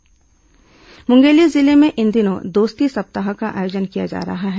दोस्ती सप्ताह मुंगेली जिले में इन दिनों दोस्ती सप्ताह का आयोजन किया जा रहा है